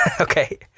Okay